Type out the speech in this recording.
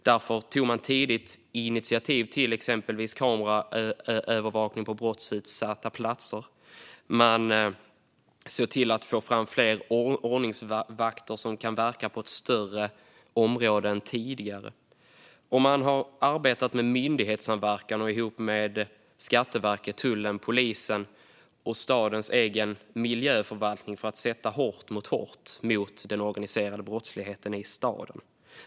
Därför tog man tidigt initiativ till exempelvis kameraövervakning på brottsutsatta platser. Man såg till att få fram fler ordningsvakter som kan verka på ett större område än tidigare. Man har också arbetat med myndighetssamverkan med Skatteverket, tullen, polisen och stadens egen miljöförvaltning för att sätta hårt mot hårt mot den organiserade brottsligheten i staden.